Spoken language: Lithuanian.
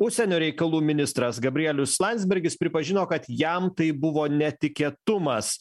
užsienio reikalų ministras gabrielius landsbergis pripažino kad jam tai buvo netikėtumas